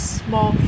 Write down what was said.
small